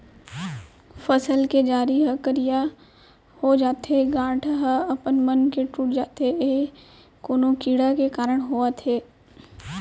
फसल के जरी ह करिया हो जाथे, गांठ ह अपनमन के टूट जाथे ए कोन कीड़ा के कारण होवत हे?